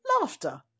Laughter